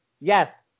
yes